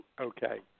Okay